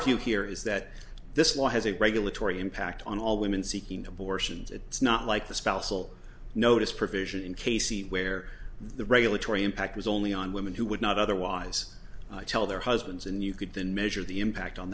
a few here is that this law has a regulatory impact on all women seeking abortions it's not like the spousal notice provision in cases where the regulatory impact was only on women who would not otherwise tell their husbands and you could then measure the impact on